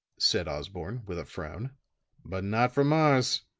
said osborne with a frown but not from ours.